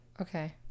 Okay